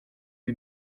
you